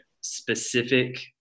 specific